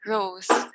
Rose